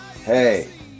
Hey